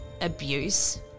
abuse